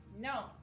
No